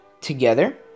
together